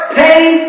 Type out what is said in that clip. pain